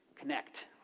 connect